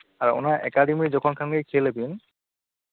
ᱟᱨ ᱚᱱᱟ ᱮᱠᱟᱰᱮᱢᱤ ᱡᱚᱠᱷᱚᱱ ᱠᱷᱟᱱᱜᱮ ᱠᱷᱮᱞ ᱟᱵᱮᱱ